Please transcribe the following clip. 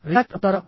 react అవుతారా